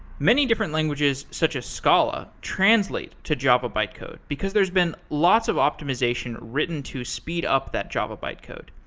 many different languages, such as scala, translate to java bytecode, because there has been lots of optimization written to speedup that java bytecode.